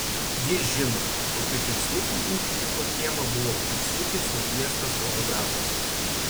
jis žino kokiu tikslu į ūkininko kiemą buvo užsukęs nekviestas fotografas